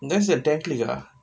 that's a dangling ah